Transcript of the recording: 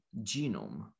genome